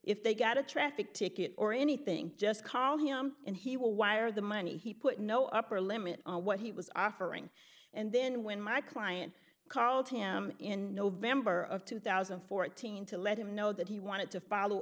if they got a traffic ticket or anything just call him and he will wire the money he put no upper limit on what he was offering and then when my client called him in november of two thousand and fourteen to let him know that he wanted to follow